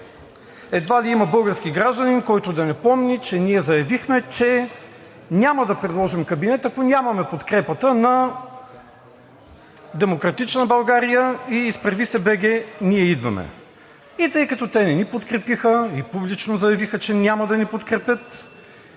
Едва ли има български гражданин, който да не помни, че ние заявихме, че няма да предложим кабинет, ако нямаме подкрепата на „Демократична България“ и „Изправи се БГ! Ние идваме!“ И тъй като те не ни подкрепиха и публично заявиха, че няма да ни подкрепят,